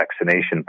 vaccination